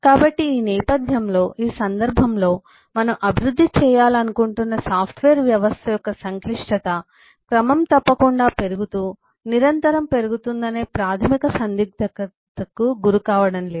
కాబట్టి ఈ నేపథ్యంలో ఈ సందర్భంలో మనం అభివృద్ధి చేయాలనుకుంటున్న సాఫ్ట్వేర్ వ్యవస్థ యొక్క సంక్లిష్టత క్రమం తప్పకుండా పెరుగుతూ నిరంతరం పెరుగుతుందనే ప్రాథమిక సందిగ్ధతకు గురికావడం లేదు